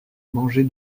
manger